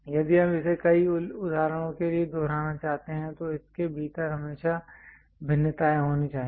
यदि हम इसे कई उदाहरणों के लिए दोहराना चाहते हैं तो इसके भीतर हमेशा भिन्नताएं होनी चाहिए